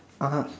(uh huh)